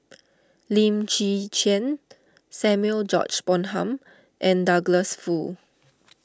Lim Chwee Chian Samuel George Bonham and Douglas Foo